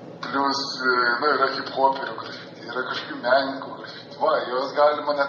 plius na yra hiphoperių grafiti yra kažkokių menininkų grafiti oi juos galima net